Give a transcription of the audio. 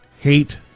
hate